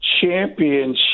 championship